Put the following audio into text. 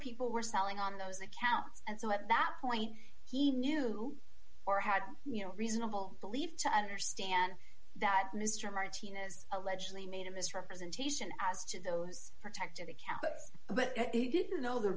people were selling on those accounts and so at that point he knew or had you know reasonable belief to understand that mr martinez allegedly made a misrepresentation as to those protected account but he didn't know the